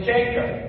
Jacob